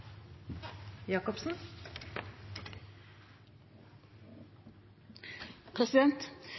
Jacobsen